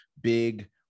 big